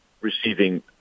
receiving